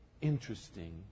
interesting